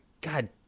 God